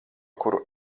kuru